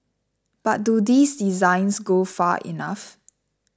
but do these designs go far enough